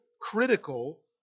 critical